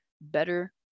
better